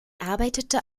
arbeitete